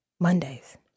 Mondays